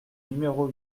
numéro